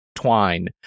Twine